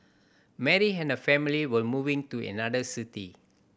Mary and her family were moving to another city